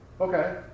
Okay